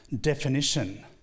definition